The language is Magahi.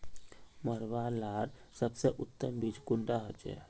मरुआ लार सबसे उत्तम बीज कुंडा होचए?